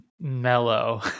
mellow